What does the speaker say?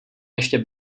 ještě